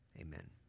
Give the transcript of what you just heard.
Amen